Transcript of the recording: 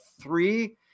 three